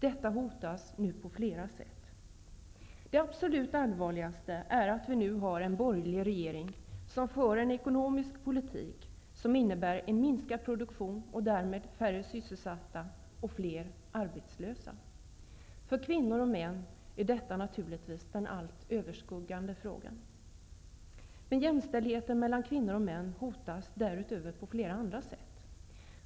Detta hotas nu på flera sätt. Det absolut allvarligaste är att vi nu har en borgerlig regering som för en ekonomisk politik som innebär minskad produktion och därmed färre sysselsatta och fler arbetslösa. För både kvinnor och män är detta naturligtvis den allt överskuggande frågan. Men jämställdheten mellan kvinnor och män hotas därutöver på flera andra sätt.